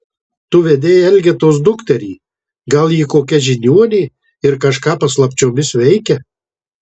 tu vedei elgetos dukterį gal ji kokia žiniuonė ir kažką paslapčiomis veikia